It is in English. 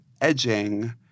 edging